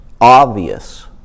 obvious